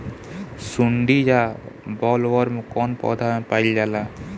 सुंडी या बॉलवर्म कौन पौधा में पाइल जाला?